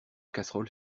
casseroles